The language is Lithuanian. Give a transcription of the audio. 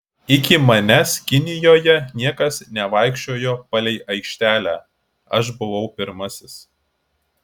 iki manęs kinijoje niekas nevaikščiojo palei aikštelę aš buvau pirmasis